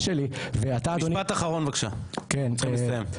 משפט אחרון בבקשה, אנחנו צריכים לסיים.